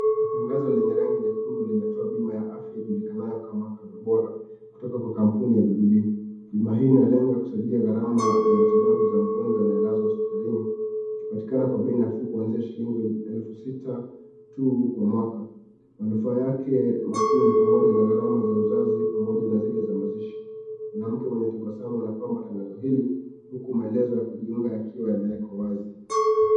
Tangazo lenye rangi nyekundu linatoa bima ya afya ijulikanayo kama Cover Bora kutoka kwa kampuni ya Jubilee. Bima hii inalenga kusaidia gharama za matibabu za mgonjwa anayelazwa hosipitalini, ikipatikana kwa bei nafuu kwanzia shilingi elfu sita tu kwa mwaka. Manufaa yake makuu ni pamoja na gharama ya uzazi, pamoja na zile za mazishi , mwanamke mwenye tabasamu anapamba tangazo hili huku maelezo ya kujiunga yakiwa yamewekwa wazi.